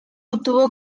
obtuvo